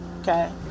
okay